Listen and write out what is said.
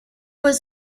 was